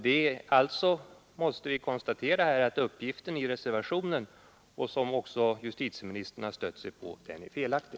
Jag måste sålunda konstatera att uppgiften i reservationen — ett uttalande som justitieministern här stödde sig på — är felaktig.